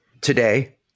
today